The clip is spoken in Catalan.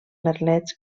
merlets